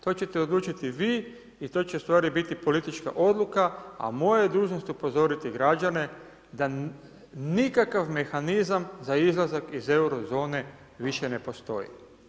To ćete odlučiti vi i to će u stvari biti politička odluka, a moja je dužnost upozoriti građane da nikakav mehanizam za izlazak iz Eurozone više ne postoji.